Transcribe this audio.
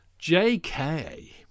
JK